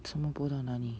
什么播到哪里